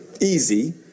Easy